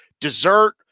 dessert